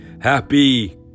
Happy